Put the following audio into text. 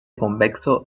convexo